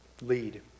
lead